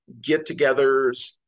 get-togethers